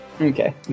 Okay